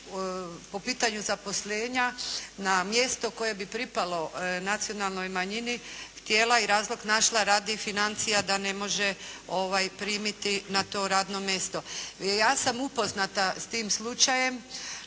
po pitanju zaposlenja na mjesto koje bi pripalo nacionalnoj manjini htjela i razlog našla radi financija da ne može primiti na to radno mjesto. Ja sam upoznata s tim slučajem